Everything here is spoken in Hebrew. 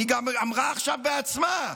היא גם אמרה עכשיו בעצמה: